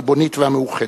הריבונית והמאוחדת.